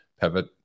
pivot